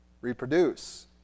reproduce